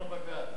בג"ץ,